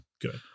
Good